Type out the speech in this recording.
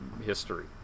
history